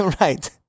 Right